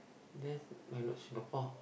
then why not Singapore